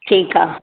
ठीकु आहे